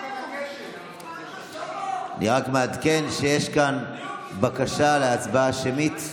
בנאום הבא תקריאי את מגש הכסף.